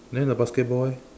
then the basketball eh